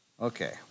Okay